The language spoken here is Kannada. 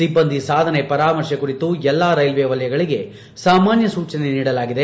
ಸಿಬ್ಬಂದಿ ಸಾಧನೆ ಪರಾಮರ್ಶೆ ಕುರಿತು ಎಲ್ಲ ರೈಲ್ವೆ ವಲಯಗಳಿಗೆ ಸಾಮಾನ್ಯ ಸೂಚನೆ ನೀಡಲಾಗಿದೆ